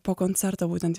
po koncerto būtent